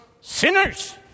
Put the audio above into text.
sinners